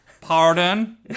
pardon